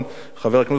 חבר הכנסת מולה,